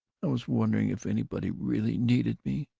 i was wondering if anybody really needed me.